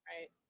Right